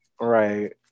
Right